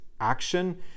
action